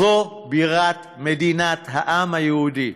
זו בירת מדינת העם היהודי.